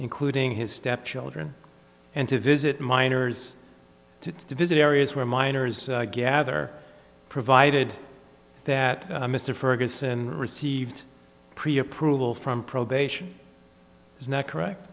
including his stepchildren and to visit minors to visit areas where minors gather provided that mr ferguson received pre approval from probation is not correct